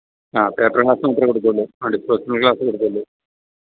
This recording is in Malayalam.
ആ പേപ്പര് ഗ്ലാസ് മാത്രമേ കൊടുക്കുകയുള്ളൂ ഒരു ഗ്ലാസ് കൊടുക്കുകയുള്ളൂ